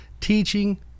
teaching